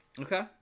Okay